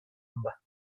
number